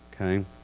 okay